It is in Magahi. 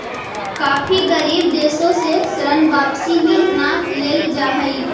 काफी गरीब देशों से ऋण वापिस ही न लेल जा हई